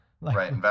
Right